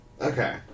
Okay